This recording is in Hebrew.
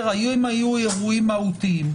האם היו אירועים מהותיים.